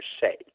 say